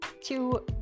two